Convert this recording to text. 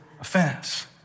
Offense